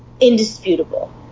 Indisputable